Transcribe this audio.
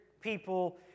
people